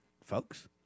folks